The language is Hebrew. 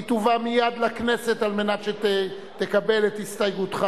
היא תובא מייד לכנסת על מנת שתקבל את הסתייגותך.